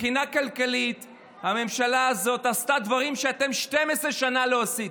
מבחינה כלכלית הממשלה הזאת עשתה דברים ש-12 שנה לא עשיתם.